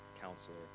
counselor